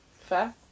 Fair